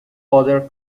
other